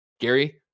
Gary